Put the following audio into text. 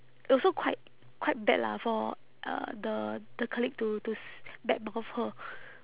also quite quite bad lah for uh the the colleague to to s~ badmouth her